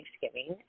Thanksgiving